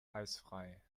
eisfrei